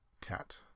Cat